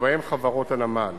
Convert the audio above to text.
ובהם חברות הנמל.